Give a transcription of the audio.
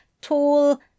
tall